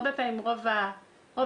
הרבה פעמים רוב הקבילות